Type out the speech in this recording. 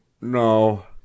no